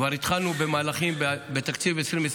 כבר התחלנו במהלכים בתקציב 2024